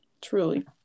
truly